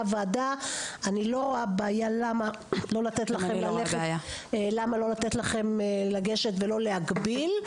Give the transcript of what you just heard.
הוועדה אני לא רואה בעיה למה לא לתת לכם לגשת ולא להגביל.